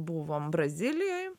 buvom brazilijoj